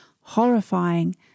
horrifying